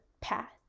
path